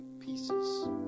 pieces